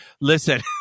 listen